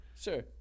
Sure